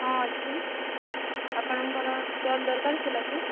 ହଁ ଅଛି ଆପଣଙ୍କର ଷ୍ଟଲ୍ ଦରକାର ଥିଲା କି